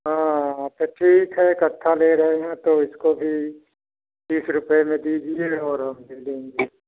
हाँ तो ठीक है इकट्ठा ले रहे हैं तो इसको भी बीस रुपये में दीजिए और हम ले लेंगे